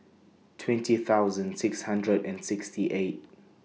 twenty thousand six hundred and sixty eight